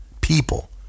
people